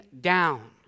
down